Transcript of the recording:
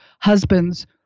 husbands